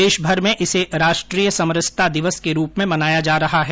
देशभर में इसे राष्ट्रीय समरसता दिवस के रूप में मनाया जा रहा है